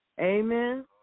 Amen